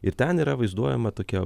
ir ten yra vaizduojama tokia